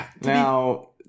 now